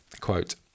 Quote